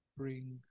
bring